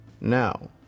Now